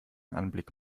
anblick